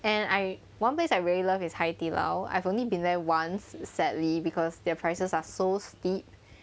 and I one place I really love is 海底捞 I've only been there once sadly because their prices are so steep